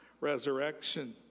resurrection